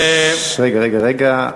רגע, רגע, רגע.